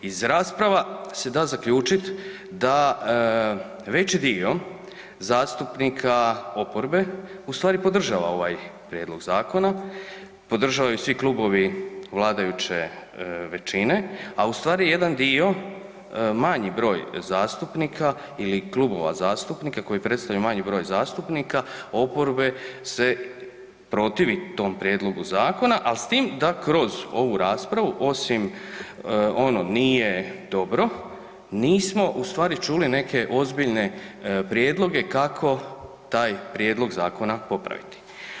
Iz rasprava se da zaključit da veći dio zastupnika oporbe u stvari podržava ovaj prijedlog zakona, podržavaju i svi klubovi vladajuće većine, a u stvari jedan dio, manji broj zastupnika ili klubova zastupnika kojim predstoji manji broj zastupnika, oporbe se protivi tom prijedlogu zakona ali s tim da kroz ovu raspravu osim onog „nije dobro“, nismo ustvari čuli neke ozbiljne prijedloge kako taj prijedlog zakona popraviti.